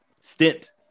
stint